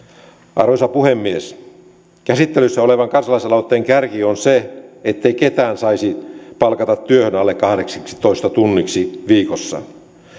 arvoisa puhemies käsittelyssä olevan kansalaisaloitteen kärki on se ettei ketään saisi palkata työhön alle kahdeksaksitoista tunniksi viikossa